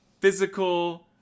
physical